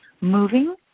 moving